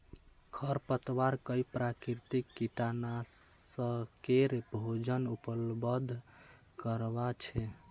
खरपतवार कई प्राकृतिक कीटनाशकेर भोजन उपलब्ध करवा छे